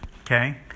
Okay